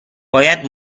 باید